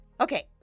Okay